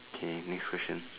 okay next question